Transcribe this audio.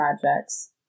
projects